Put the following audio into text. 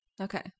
okay